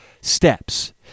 steps